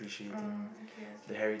ah okay okay